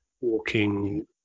walking